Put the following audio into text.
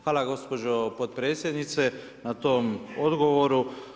Hvala gospođo potpredsjednice na tom odgovoru.